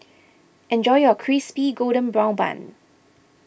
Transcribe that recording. enjoy your Crispy Golden Brown Bun